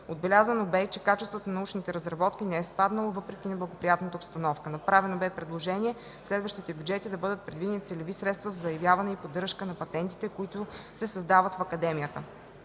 Отбелязано бе, че качеството на научните разработки не е спаднало, въпреки неблагоприятна обстановка. Направено бе предложение в следващите бюджети да бъдат предвидени целеви средства за заявяване и поддръжка на патентите, които се създават в академията.